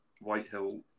Whitehill